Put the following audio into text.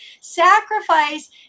sacrifice